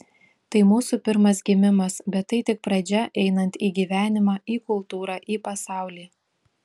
tai mūsų pirmas gimimas bet tai tik pradžia einant į gyvenimą į kultūrą į pasaulį